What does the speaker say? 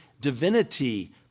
divinity